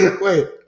wait